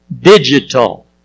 digital